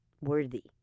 worthy